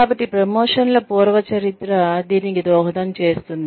కాబట్టి ప్రమోషన్ల పూర్వ చరిత్ర దీనికి దోహదం చేస్తుంది